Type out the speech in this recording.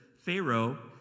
Pharaoh